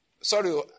sorry